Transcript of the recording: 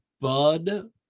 Bud